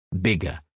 bigger